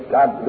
God